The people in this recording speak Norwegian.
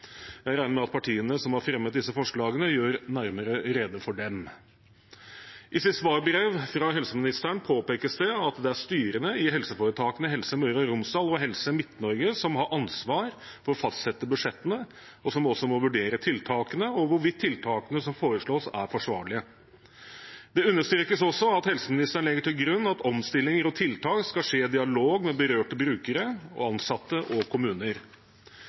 Jeg regner med at partiene som har fremmet disse forslagene, gjør nærmere rede for dem. I svarbrevet fra helseministeren påpekes det at det er styrene i helseforetakene Helse Møre og Romsdal og Helse Midt-Norge som har ansvar for å fastsette budsjettene, og som også må vurdere tiltakene og hvorvidt tiltakene som foreslås, er forsvarlige. Det understrekes også at helseministeren legger til grunn at omstillinger og tiltak skal skje i dialog med berørte brukere og ansatte og kommuner.